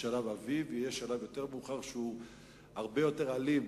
יש "שלב אביב" ויש שלב יותר מאוחר שהוא הרבה יותר אלים,